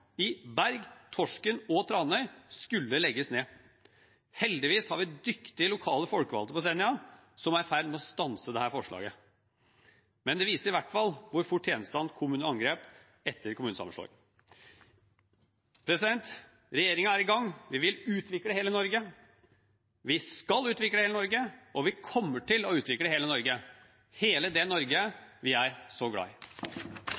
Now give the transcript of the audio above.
i Berg, Torsken og Tranøy skulle legges ned. Heldigvis har vi dyktige lokale folkevalgte på Senja som er i ferd med å stanse dette forslaget. Men det viser i hvert fall hvor fort tjenestene kom under angrep etter kommunesammenslåingen. Regjeringen er i gang. Vi vil utvikle hele Norge, vi skal utvikle hele Norge, og vi kommer til å utvikle hele Norge – hele det Norge vi er så glad i.